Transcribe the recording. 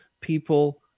people